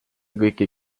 kõiki